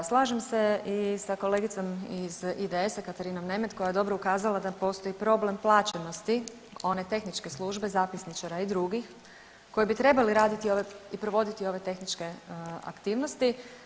Slažem se i sa kolegicom iz IDS-a Katarinom Nemet koja je dobro ukazala da postoji problem plaćenosti one tehničke službe zapisničara i drugih koji bi trebali raditi ove i provoditi ove tehničke aktivnosti.